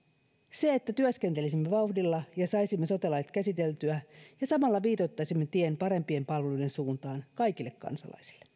se että työskentelisimme vauhdilla ja saisimme sote lait käsiteltyä ja samalla viitoittaisimme tien parempien palveluiden suuntaan kaikille kansalaisille viime